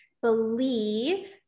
believe